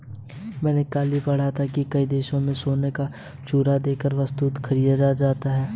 मैंने कल ही पढ़ा था कि कई देशों में सोने का चूरा देकर वस्तुएं खरीदी जाती थी